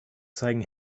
zeigen